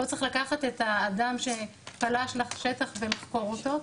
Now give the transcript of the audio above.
לא צריך לקחת את האדם שפלש לשטח ולחקור אותו,